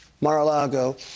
Mar-a-Lago